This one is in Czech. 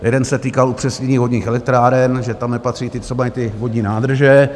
Jeden se týkal upřesnění vodních elektráren, že tam nepatří ty, co mají ty vodní nádrže.